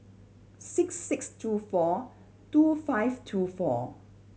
six six two four two five two four